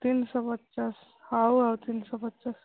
ତିନଶହ ପଚାଶ ହେଉ ଆଉ ତିନିଶହ ପଚାଶ